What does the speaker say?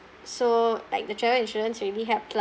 so like the travel insurance really helped lah